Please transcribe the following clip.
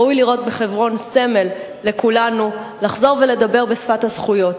ראוי לראות בחברון סמל לכולנו לחזור ולדבר בשפת הזכויות,